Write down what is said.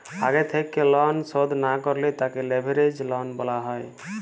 আগে থেক্যে লন শধ না করলে তাকে লেভেরাজ লন বলা হ্যয়